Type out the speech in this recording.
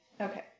Okay